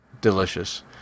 delicious